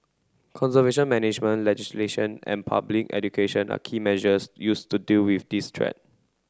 conservation management legislation and public education are key measures used to deal with this threat